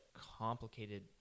complicated